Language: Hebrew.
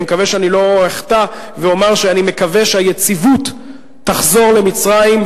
אני מקווה שאני לא אחטא אם אומר שאני מקווה שהיציבות תחזור למצרים,